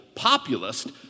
populist